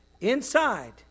Inside